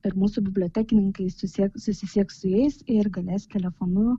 ir mūsų bibliotekininkai susiek susisieks su jais ir galės telefonu